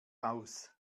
aus